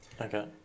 Okay